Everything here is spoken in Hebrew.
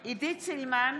(קוראת בשמות